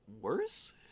worse